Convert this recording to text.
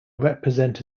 represent